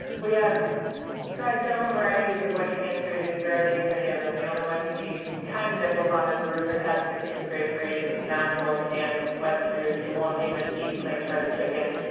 we have tried several varieties of wet canned food and he barely eats any of them. the only one he kind of nibbles on is weruva cats in the kitchen grain-free natural canned wet food. he won't even eat plain shredded chicken.